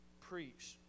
preach